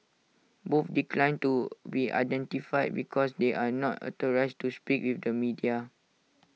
both declined to be identified because they are not authorised to speak with the media